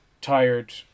tired